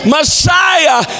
Messiah